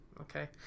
okay